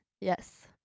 Yes